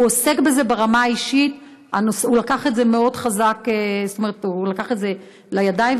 הוא עוסק בזה ברמה האישית, הוא לקח את זה לידיים.